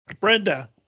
Brenda